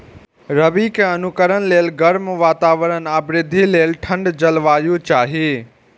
रबी के अंकुरण लेल गर्म वातावरण आ वृद्धि लेल ठंढ जलवायु चाही